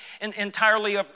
entirely